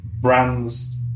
brands